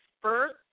first